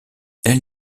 elle